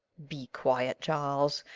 be quiet, charles.